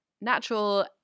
natural